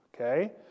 Okay